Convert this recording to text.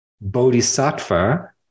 bodhisattva